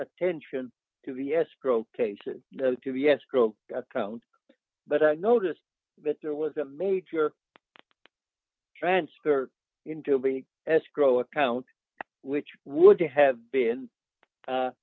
attention to the escrow case to be escrow account but i noticed that there was a major transfer into being escrow account which would you have been